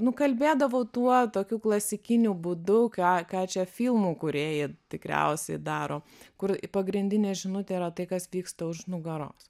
nu kalbėdavau tuo tokiu klasikiniu būdu ką ką čia filmų kūrėjai tikriausiai daro kur pagrindinė žinutė yra tai kas vyksta už nugaros